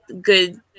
good